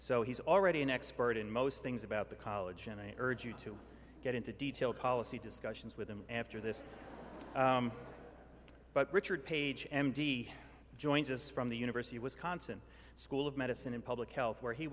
so he's already an expert in most things about the college and i urge you to get into detailed policy discussions with him after this but richard page m d joins us from the university of wisconsin school of medicine and public health where he